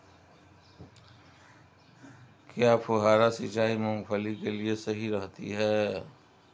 क्या फुहारा सिंचाई मूंगफली के लिए सही रहती है?